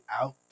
out